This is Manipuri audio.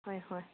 ꯍꯣꯏ ꯍꯣꯏ